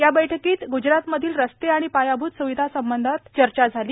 या बैठकीत ग्जरात मधील रस्ते आणि पायाभूत सुविधांसंबंधित चर्चा झाली